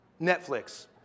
Netflix